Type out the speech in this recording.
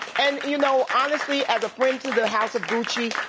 and you know, honestly, as a friend to the house of gucci,